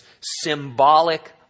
symbolic